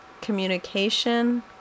communication